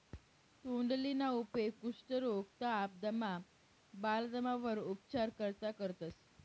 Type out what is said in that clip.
तोंडलीना उपेग कुष्ठरोग, ताप, दमा, बालदमावर उपचार करता करतंस